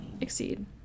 exceed